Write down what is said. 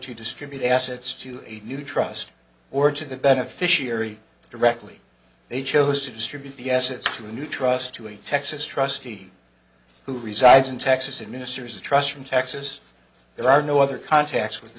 to distribute assets to a new trust or to the beneficiary directly they chose to distribute the assets to a new trust to a texas trustee who resides in texas administers the trust from texas there are no other contacts with the